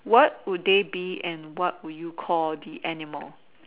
what would they be and what would you call the animal